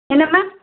என்ன மேம்